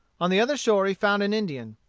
on the other shore he found an indian.